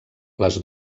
les